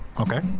Okay